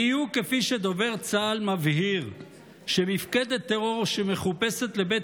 בדיוק כפי שדובר צה"ל מבהיר שמפקדת טרור שמחופשת לבית